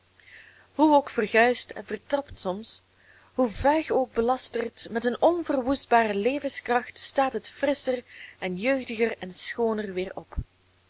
hoe ook verguisd en vertrapt soms hoe vuig ook belasterd met een onverwoestbare levenskracht staat het frisscher en jeugdiger en schooner weer op